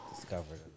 discovered